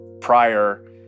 prior